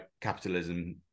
capitalism